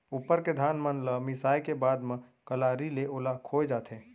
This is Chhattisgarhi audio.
उप्पर के धान मन ल मिसाय के बाद म कलारी ले ओला खोय जाथे